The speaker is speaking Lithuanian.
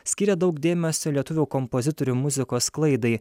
skyrė daug dėmesio lietuvių kompozitorių muzikos sklaidai